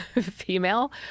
female